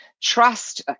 trust